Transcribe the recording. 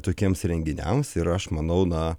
tokiems renginiams ir aš manau na